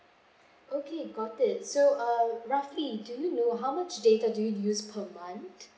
okay got it so uh roughly do you know how much data do you use per month